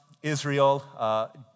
Israel